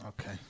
okay